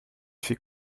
fait